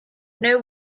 know